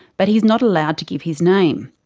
but he's not allowed to give his name.